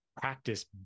practice